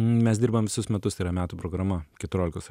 mes dirbam visus metus tai yra metų programa keturiolikos